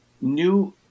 new